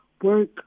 work